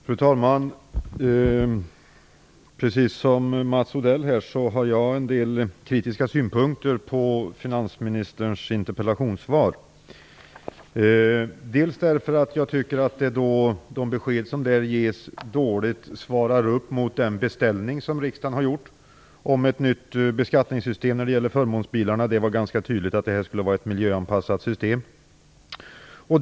Fru talman! Precis som Mats Odell har jag en del kritiska synpunkter på finansministerns interpellationssvar. Dels tycker jag att de besked som där ges dåligt svarar mot riksdagens beställning av ett nytt beskattningssystem när det gäller förmånsbilarna - det framgick ganska tydligt att det skulle vara ett miljöanpassat system.